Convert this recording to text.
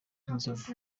inzovu